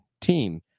team